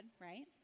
right